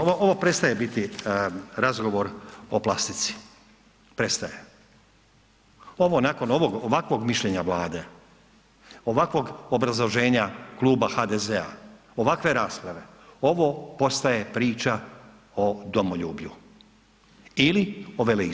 Ovo prestaje biti razgovor o plastici, prestaje, ovo nakon ovakvog mišljenja Vlade, ovakvog obrazloženja kluba HDZ-a, ovakve rasprave, ovo postaje priča o domoljublju ili o veleizdaji.